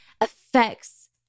affects